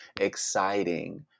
exciting